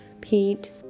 Pete